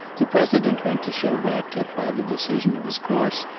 the president meant to show ratcliffe by the decision of his course,